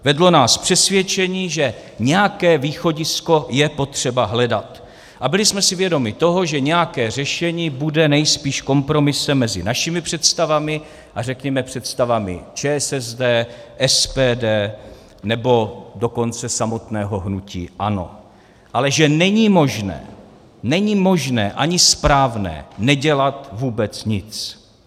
Vedlo nás přesvědčení, že nějaké východisko je potřeba hledat, a byli jsme si vědomi toho, že nějaké řešení bude nejspíš kompromisem mezi našimi představami a řekněme představami ČSSD, SPD, nebo dokonce samotného hnutí ANO, ale že není možné, není možné ani správné nedělat vůbec nic.